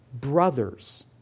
brothers